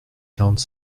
quarante